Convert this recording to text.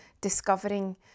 discovering